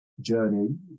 journey